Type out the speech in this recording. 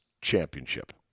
Championship